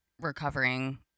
recovering